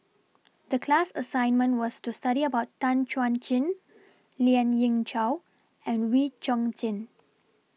The class assignment was to study about Tan Chuan Jin Lien Ying Chow and Wee Chong Jin